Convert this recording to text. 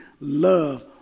love